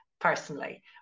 personally